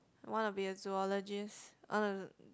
I wanna be a zoologist I wanna